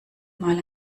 mal